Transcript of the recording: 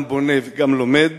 גם בונה וגם לומד.